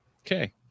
Okay